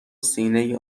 سینه